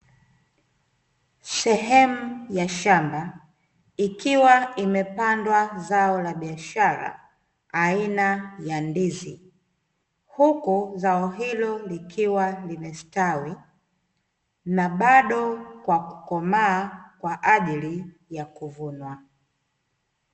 Sehemu ya shamba, ikiwa imepandwa zao la biashara aina ya ndizi, huku zao hilo likiwa limestawi na bado kwa kukomaa kwa ajili ya kuvunwa.